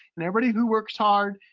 and everybody who works hard,